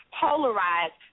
polarized